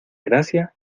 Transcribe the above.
gracia